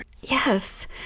Yes